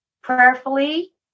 prayerfully